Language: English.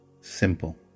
Simple